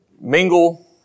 mingle